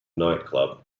nightclub